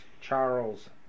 Charles